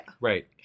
right